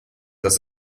dass